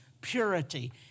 purity